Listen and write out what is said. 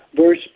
verse